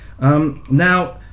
Now